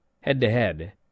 head-to-head